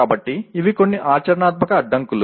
కాబట్టి ఇవి కొన్ని ఆచరణాత్మక అడ్డంకులు